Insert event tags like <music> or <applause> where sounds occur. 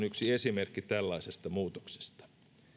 <unintelligible> yksi esimerkki tällaisesta muutoksesta